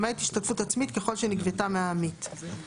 למעט השתתפות עצמית ככל שנגבתה מהעמית,